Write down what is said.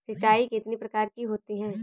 सिंचाई कितनी प्रकार की होती हैं?